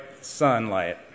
sunlight